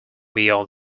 beyond